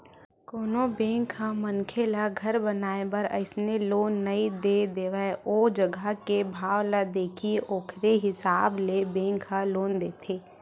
कोनो बेंक ह मनखे ल घर बनाए बर अइसने लोन नइ दे देवय ओ जघा के भाव ल देखही ओखरे हिसाब ले बेंक ह लोन देथे